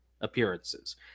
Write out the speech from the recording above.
appearances